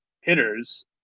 hitters